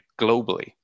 globally